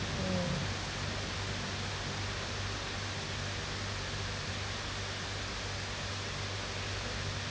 mm